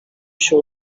się